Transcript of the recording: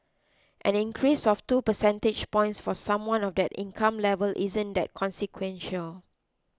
an increase of two percentage points for someone of that income level isn't that consequential